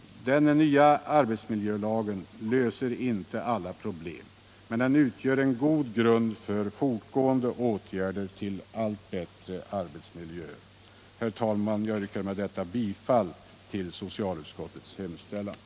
Den nya arbetsmiljölagen löser inte alla problem, men den utgör en god grund för fortgående åtgärder för en allt bättre arbetsmiljö. Herr talman! Jag ber med detta att yrka bifall till socialutskottets hemställan.